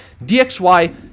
DXY